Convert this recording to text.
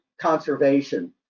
conservation